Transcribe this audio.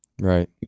Right